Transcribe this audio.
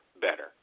better